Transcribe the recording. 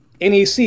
NEC